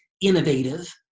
innovative